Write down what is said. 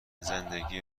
زندگی